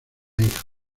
hija